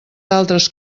altres